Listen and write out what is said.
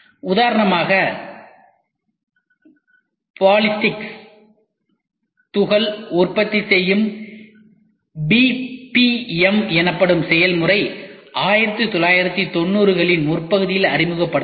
உதாரணமாக பாலிஸ்டிக் துகள் உற்பத்தி செய்யும் BPM எனப்படும் செயல்முறை 1990 களின் முற்பகுதியில் அறிமுகப்படுத்தப்பட்டது